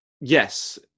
yes